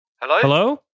Hello